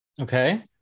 Okay